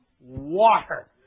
water